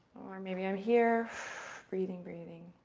or maybe i'm here breathing, breathing.